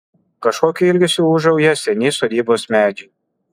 kažkokiu ilgesiu ūžauja seni sodybos medžiai